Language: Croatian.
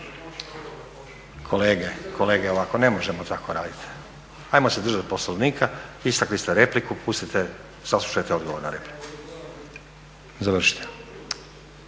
Kolege, kolege, ne možemo tako radit. Ajmo se držat Poslovnika. Istakli ste repliku, pustite, saslušajte odgovor na repliku. Završite.